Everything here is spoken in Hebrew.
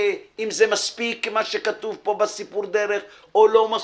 אם זה מספיק מה שכתוב בסיפור דרך או לא מספיק.